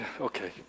okay